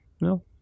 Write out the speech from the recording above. no